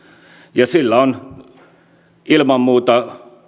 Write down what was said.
ja sillä on ilman muuta